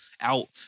out